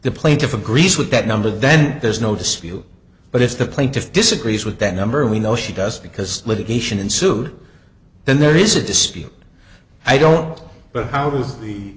the plaintiff agrees with that number then there's no dispute but if the plaintiff disagrees with that number we know she does because litigation ensued then there is a dispute i don't know but how do